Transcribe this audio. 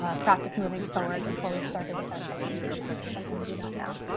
ah practice moving forward before we started with our presentation. so i'm going to do that now.